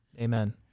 Amen